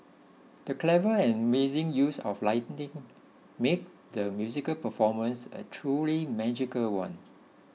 the clever and amazing use of lighting made the musical performance a truly magical one